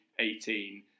2018